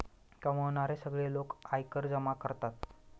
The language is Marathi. कमावणारे सगळे लोक आयकर जमा करतात